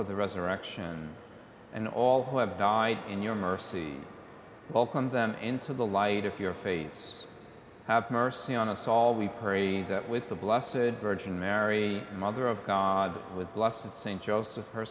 of the resurrection and all who have died in your mercy vulcan's them into the light of your face have mercy on us all we pray that with the blasted virgin mary mother of god was lost and st joseph her